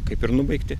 kaip ir nubaigti